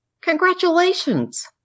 Congratulations